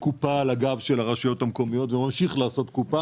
קופה על הגב של הרשויות המקומיות וממשיך לעשות קופה